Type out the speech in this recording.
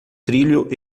trilho